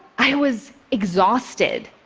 i was exhausted.